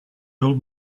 old